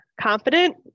confident